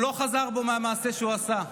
הוא לא חזר בו מהמעשה שהוא עשה.